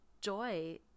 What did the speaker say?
joy